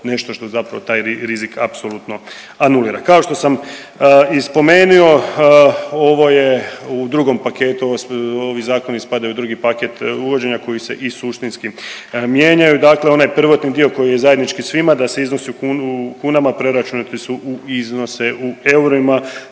nešto što zapravo taj rizik apsolutno anulira. Kao što sam i spomenio ovo je u drugom paketu, ovi zakoni spadaju u drugi paket uvođenja koji se i suštinski mijenjaju, dakle onaj prvotni dio koji je zajednički svima da se iznosi u kunama preračunati su u iznose u eurima